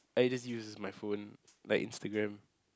I just use my phone like Instagram